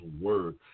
word